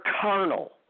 carnal